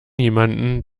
jemanden